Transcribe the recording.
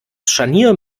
scharnier